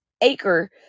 Acre